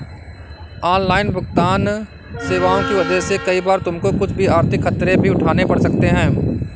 online भुगतन्न सेवाओं की वजह से कई बार तुमको कुछ आर्थिक खतरे भी उठाने पड़ सकते हैं